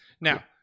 Now